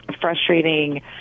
frustrating